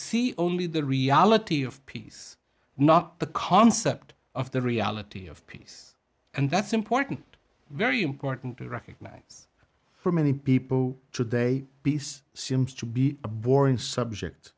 see only the reality of peace not the concept of the reality of peace and that's important very important to recognize for many people today peace seems to be a boring subject